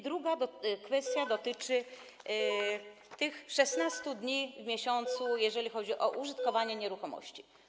Druga kwestia dotyczy tych 16 dni w miesiącu, jeżeli chodzi o użytkowanie nieruchomości.